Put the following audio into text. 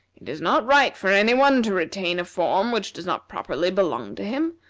it is not right for any one to retain a form which does not properly belong to him.